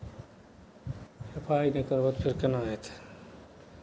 सफाइ नहि करबह तऽ फेर केना हेतै